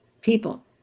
people